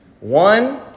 One